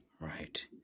Right